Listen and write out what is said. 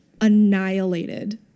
annihilated